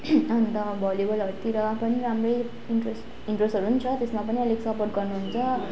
अन्त भलिबलहरूतिर पनि राम्रै इन्ट्रेस इन्ट्रेसहरू छ त्यसमा पनि अलिक सपोर्ट गर्नुहुन्छ